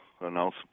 announcement